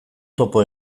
topo